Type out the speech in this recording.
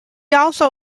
also